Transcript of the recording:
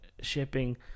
shipping